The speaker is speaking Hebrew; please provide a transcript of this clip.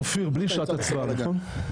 אופיר, זה בלי שעת הצבעה, נכון?